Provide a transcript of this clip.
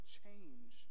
change